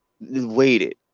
waited